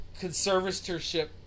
conservatorship